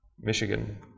Michigan